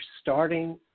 starting